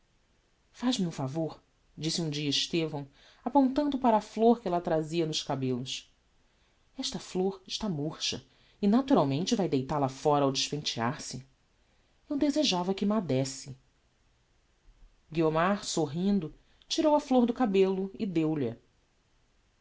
faz-me um favor disse um dia estevão apontando para a flor que ella trazia nos cabellos esta flor está murcha e naturalmente vai deital a fóra ao despentear se eu desejava que m'a désse guiomar sorrindo tirou a flor do cabello e